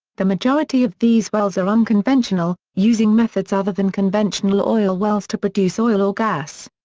the majority of these wells are unconventional, using methods other than conventional oil wells to produce oil or gas.